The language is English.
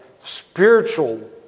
spiritual